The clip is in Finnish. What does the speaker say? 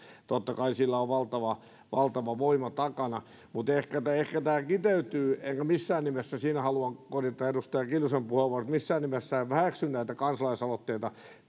totta kai sillä on valtava valtava voima takana mutta ehkä tämä kiteytyy siinä haluan korjata edustaja kiljusen puheenvuoroa että missään nimessä en väheksy näitä kansalaisaloitteita